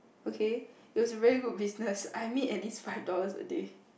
okay it was very good business I made at least five dollars a day